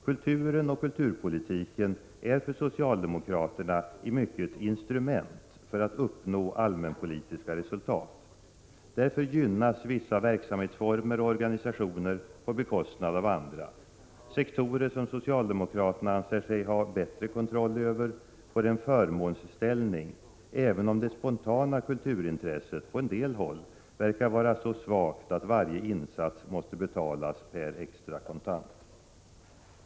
Kulturen och kulturpolitiken är för socialdemokraterna i mycket instrument för att uppnå allmänpolitiska resultat. Därför gynnas vissa verksamhetsformer och organisationer på bekostnad av andra. Sektorer som socialdemokraterna anser sig ha bättre kontroll över får en förmånsställning, även om det spontana kulturintresset på en del håll verkar vara så svagt att varje insats måste betalas per extra kontant.